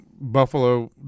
buffalo